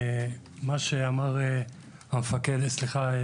מה שאמר כבוד